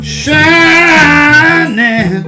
shining